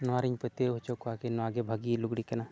ᱱᱚᱣᱟᱨᱮᱧ ᱯᱟᱹᱛᱭᱟᱹᱣ ᱦᱚᱪᱚ ᱠᱚᱣᱟ ᱠᱤ ᱱᱚᱣᱟ ᱜᱮ ᱵᱷᱟᱜᱮ ᱞᱩᱜᱽᱲᱤ ᱠᱟᱱᱟ